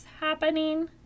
happening